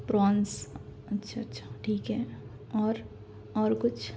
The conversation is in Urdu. پرونس اچھا اچھا ٹھیک ہے اور اور کچھ